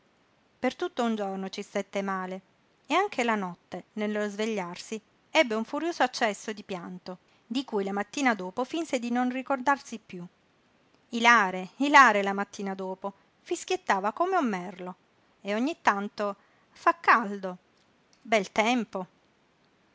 per tutto un giorno ci stette male e anche la notte nello svegliarsi ebbe un furioso accesso di pianto di cui la mattina dopo finse di non ricordarsi piú ilare ilare la mattina dopo fischiettava come un merlo e ogni tanto fa caldo bel tempo